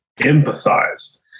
empathize